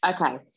Okay